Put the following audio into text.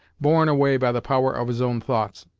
borne away by the power of his own thoughts.